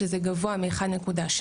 שזה גבוה מ-1.7.